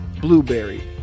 Blueberry